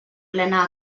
plena